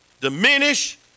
Diminish